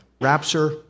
rapture